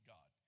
God